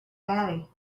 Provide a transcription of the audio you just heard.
daddy